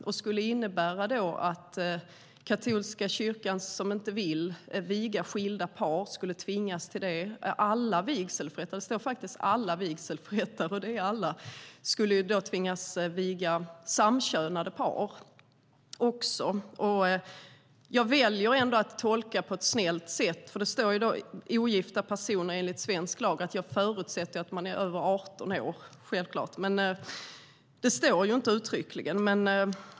Det kan innebära att katolska kyrkan som inte vill viga skilda par skulle tvingas till det. Alla - och det står faktiskt alla - skulle då tvingas att viga också samkönade par. Jag väljer ändå att tolka förslaget på ett snällt sätt. När det står om ogifta personer enligt svensk lag förutsätter jag självklart att de är över 18 år, men det står ju inte uttryckligen.